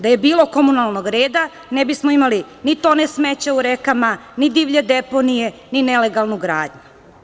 Da je bilo komunalnog reda, ne bismo imali ni tone smeća u rekama, ni divlje deponije, ni nelegalnu gradnju.